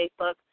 Facebook